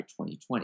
2020